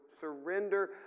surrender